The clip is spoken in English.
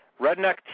Redneck